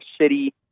City